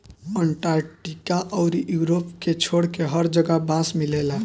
Antarctica अउरी Europe के छोड़के हर जगह बांस मिलेला